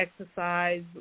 exercise